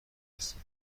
بستید